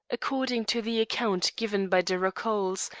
according to the account given by de rocoles,